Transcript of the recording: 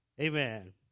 Amen